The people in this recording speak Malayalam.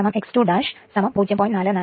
44 ഒഹ്മ് ആയിരിക്കും